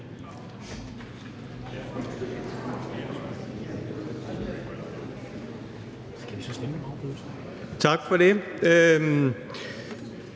Tak for det.